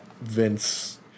Vince